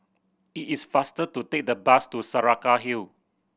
it is faster to take the bus to Saraca Hill